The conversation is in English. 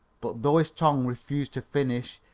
but though his tongue refused to finish,